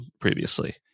previously